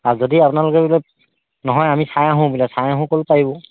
আৰু যদি আপোনালোকে বোলে নহয় আমি চাই আহোঁ বোলে চাই আহোঁ ক'লে পাৰিব